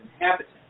inhabitants